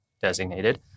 designated